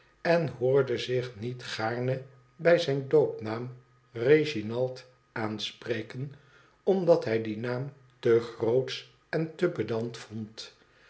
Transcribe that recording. en hoorde zich niet gaarne bij zijn doopnaam reginald aanspreken omdat hij dien naam te grootsch en te pedant vond